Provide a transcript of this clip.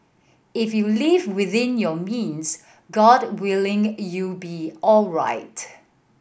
if you live within your means God willing you'll be alright